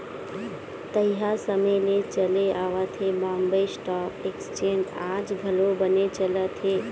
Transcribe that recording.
तइहा समे ले चले आवत ये बॉम्बे स्टॉक एक्सचेंज आज घलो बनेच चलत हे